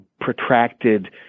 protracted